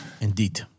Indeed